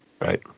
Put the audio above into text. Right